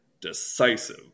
decisive